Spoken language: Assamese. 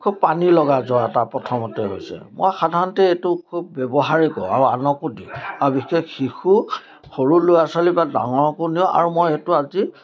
খুব পানীলগা জ্বৰ এটা প্ৰথমতে হৈছে মই সাধাৰণতে এইটো খুব ব্যৱহাৰিকো আৰু আনকো দিওঁ আৰু বিশেষ শিশু সৰু ল'ৰা ছোৱালী বা ডাঙৰকো দিওঁ আৰু মই এইটো আজি